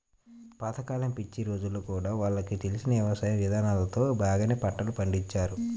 పాత కాలం పిచ్చి రోజుల్లో గూడా వాళ్లకు తెలిసిన యవసాయ ఇదానాలతోనే బాగానే పంటలు పండించారు